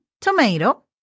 tomato